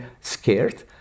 scared